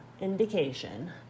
indication